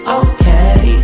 okay